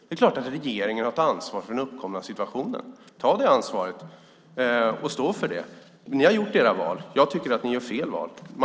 Det är klart att regeringen har ett ansvar för den uppkomna situationen. Ta det ansvaret och stå för det! Ni har gjort era val. Jag tycker att ni gör fel val.